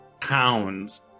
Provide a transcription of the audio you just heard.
pounds